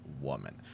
woman